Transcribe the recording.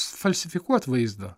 falsifikuot vaizdą